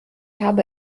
habe